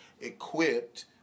equipped